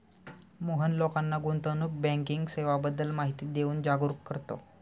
मोहन लोकांना गुंतवणूक बँकिंग सेवांबद्दल माहिती देऊन जागरुक करतो